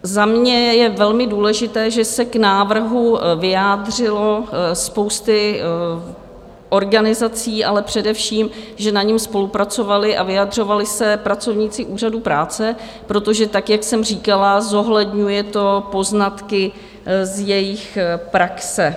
Za mě je velmi důležité, že se k návrhu vyjádřila spousta organizací, ale především že na něm spolupracovali a vyjadřovali se pracovníci Úřadu práce, protože, tak jak jsem říkala, zohledňuje to poznatky z jejich praxe.